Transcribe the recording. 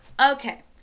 Okay